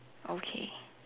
okay